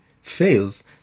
fails